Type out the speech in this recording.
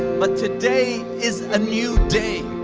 but today is a new day,